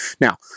Now